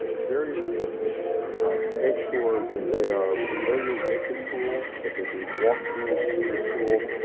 very important to make sure that they are familiar with the school, that they do walkthroughs through the school.